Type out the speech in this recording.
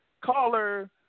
caller